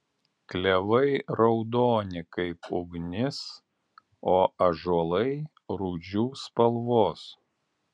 klevai raudoni kaip ugnis o ąžuolai rūdžių spalvos